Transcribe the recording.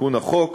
תיקון החוק